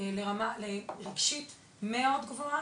ורמה אישית מאוד גבוהה.